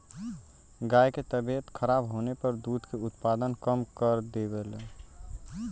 गाय के तबियत खराब होले पर दूध के उत्पादन कम कर देवलीन